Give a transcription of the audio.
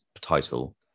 title